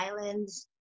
Islands